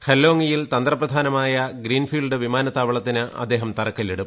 ഹെല്ലോങിയിൽ തന്ത്രപ്രധാനമായ ഗ്രീൻഫീൽഡ് വിമാനത്താവളത്തിന് അദ്ദേഹം തറക്കല്ലിടും